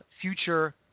future